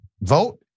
vote